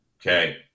Okay